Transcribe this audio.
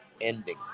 ending